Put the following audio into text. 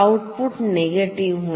output negative होणार